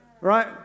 Right